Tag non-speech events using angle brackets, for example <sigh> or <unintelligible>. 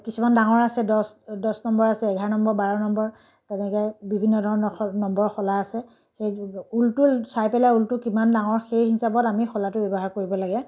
কিছুমান ডাঙৰ আছে দহ দহ নম্বৰ আছে এঘাৰ নম্বৰ বাৰ নম্বৰ তেনেকৈ বিভিন্ন ধৰণৰ <unintelligible> নম্বৰৰ শলা আছে সেই <unintelligible> ঊলটো চাই পেলাই ঊলটো কিমান ডাঙৰ সেই হিচাপত আমি শলাটো ব্যৱহাৰ কৰিব লাগে